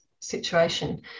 situation